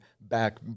back